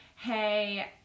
Hey